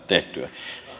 tehtyä